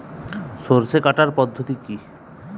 সরষে কাটার পদ্ধতি কি?